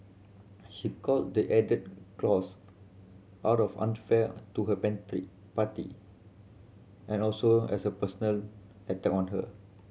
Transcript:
she called the added clause out of unfair to her party and also as a personal attack on her